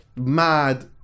mad